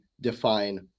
define